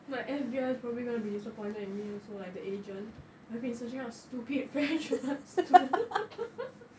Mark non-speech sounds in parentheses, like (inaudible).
my F_B_I is probably going to be disappointed at me you also like the agent I've been searching up stupid french words too (laughs)